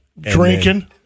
Drinking